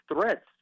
threats